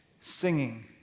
singing